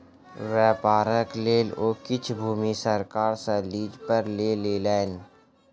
व्यापारक लेल ओ किछ भूमि सरकार सॅ लीज पर लय लेलैन